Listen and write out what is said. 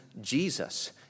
Jesus